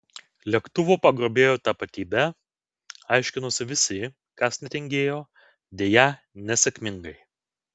lėktuvo pagrobėjo tapatybę aiškinosi visi kas netingėjo deja nesėkmingai